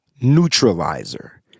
neutralizer